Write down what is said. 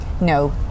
No